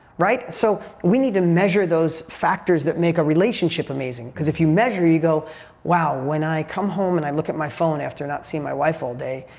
right? so we need to measure those factors that make a relationship amazing because if you measure, you go, wow, when i come home and i look at my phone after not seeing my wife all day,